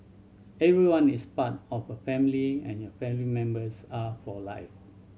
everyone is part of a family and your family members are for life